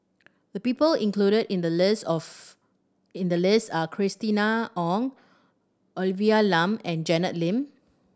the people included in the list are of in the list are Christina Ong Olivia Lum and Janet Lim